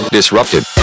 Disrupted